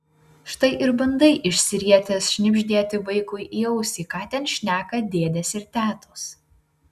štai ir bandai išsirietęs šnibždėti vaikui į ausį ką ten šneka dėdės ir tetos